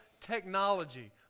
technology